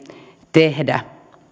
tehdä